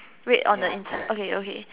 red on the in okay okay